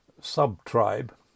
sub-tribe